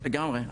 לגמרי,